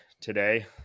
today